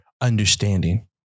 understanding